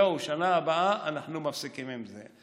זהו, בשנה הבאה אנחנו מפסיקים עם זה.